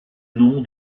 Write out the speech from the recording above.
nom